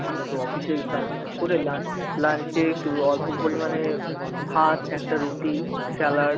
হুম তো অফিসের কাজ বাজ করে লা লাঞ্চে একটু অল্প পরিমাণে ভাত একটা রুটি স্যালাড